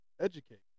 Educate